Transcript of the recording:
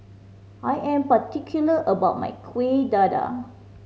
I am particular about my Kuih Dadar